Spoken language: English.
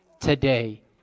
today